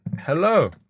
Hello